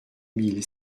mille